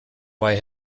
why